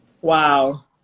Wow